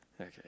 Okay